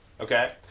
Okay